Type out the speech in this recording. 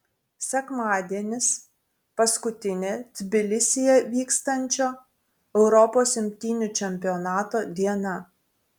sekmadienis paskutinė tbilisyje vykstančio europos imtynių čempionato diena